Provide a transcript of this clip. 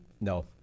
No